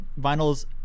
vinyls